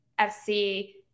FC